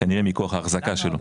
כנראה מכוח ההחזקה שלו,